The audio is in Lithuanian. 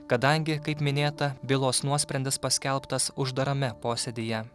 kadangi kaip minėta bylos nuosprendis paskelbtas uždarame posėdyje